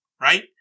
right